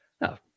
no